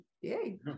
Yay